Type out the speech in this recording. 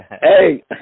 hey